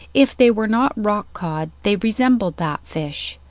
if they were not rock-cod they resembled that fish,